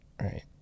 right